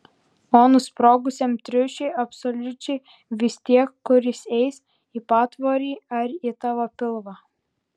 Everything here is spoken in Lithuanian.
o nusprogusiam triušiui absoliučiai vis tiek kur jis eis į patvorį ar į tavo pilvą